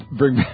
bring